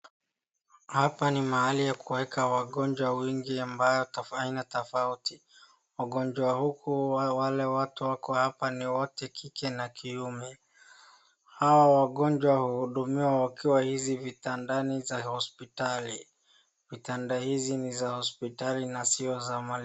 Hapa ni mahali ya kuweka wagonjwa aina tofauti tofauti. Wagonjwa wale ambao wako huku ni wa kike na kiume. Hawa wagonjwa huhudumiwa wakiwa hizi vitandani za hospitali. Vitanda hizi ni za hospitali na sio za mahali kwingine.